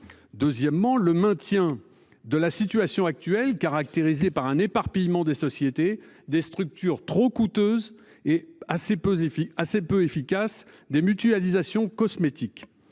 Deuxièmement, le maintien de la situation actuelle caractérisée par un éparpillement des sociétés des structures trop coûteuse et assez pesé fit assez peu efficace des mutualisations cosmétique